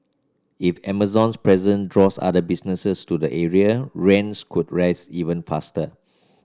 if Amazon's presence draws other businesses to the area rents could rise even faster